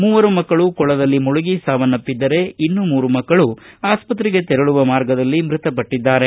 ಮೂವರು ಮಕ್ಕಳು ಕೊಳದಲ್ಲಿ ಮುಳುಗಿ ಸಾವನ್ನಪ್ಪಿದ್ದರೆ ಇನ್ನು ಮೂರು ಮಕ್ಕಳು ಆಸ್ಪತ್ರೆಗೆ ತೆರಳುವ ಮಾರ್ಗದಲ್ಲಿ ಮೃತಪಟ್ಟದ್ದಾರೆ